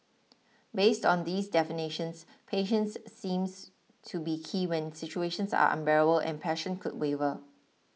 based on these definitions patience seems to be key when situations are unbearable and passion could waver